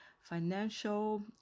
Financial